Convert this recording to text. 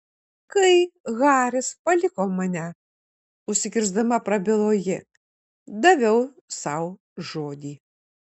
kai haris paliko mane užsikirsdama prabilo ji daviau sau žodį